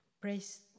Praise